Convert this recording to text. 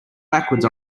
backwards